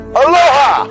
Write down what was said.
aloha